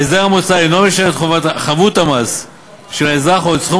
ההסדר המוצע אינו משנה את חבות המס של האזרח או את סכום